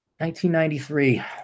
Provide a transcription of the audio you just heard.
1993